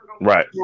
Right